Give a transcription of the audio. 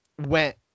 went